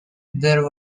there